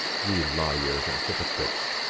ye lawyers and hypocrites,